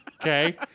Okay